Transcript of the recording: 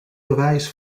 bewijs